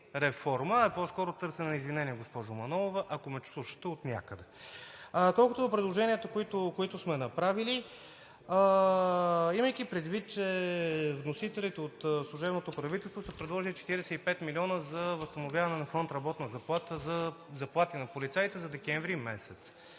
реформа, а е по-скоро търсене на извинение, госпожо Манолова. Ако ме слушате отнякъде. Колкото до предложенията, които сме направили, имайки предвид, че вносителите от служебното правителство са предложили 45 млн. лв. за възстановяване на Фонд „Работна заплата“ за заплати на полицаите за месец